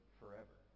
forever